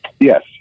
Yes